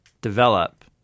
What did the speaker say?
develop